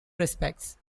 respects